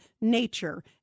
nature